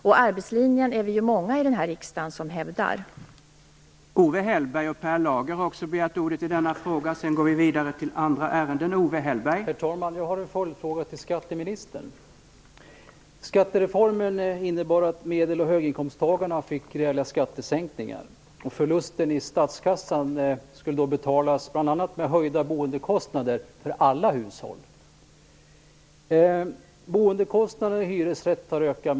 Och vi är många i riksdagen som hävdar arbetslinjen.